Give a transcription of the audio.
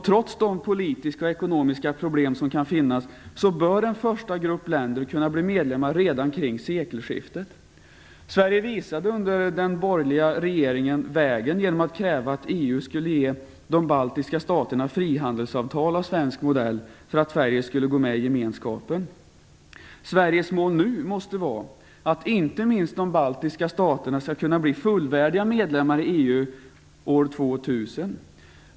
Trots de politiska och ekonomiska problem som kan finnas bör en första grupp länder kunna bli medlemmar redan kring sekelskiftet. Sverige visade under den borgerliga regeringen vägen genom att kräva att EU skulle ge de baltiska staterna frihandelsavtal av svensk modell för att Sverige skulle gå med i gemenskapen. Sveriges mål måste vara att inte minst de baltiska staterna skall kunna bli fullvärdiga medlemmar i EU år 2000.